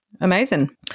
Amazing